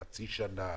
חצי שנה,